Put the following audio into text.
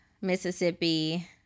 Mississippi